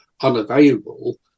unavailable